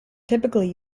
typically